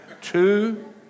Two